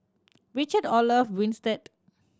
Richard Olaf Winstedt